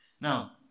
Now